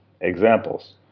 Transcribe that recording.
Examples